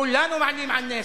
כולנו מעלים על נס.